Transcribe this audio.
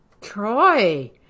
Troy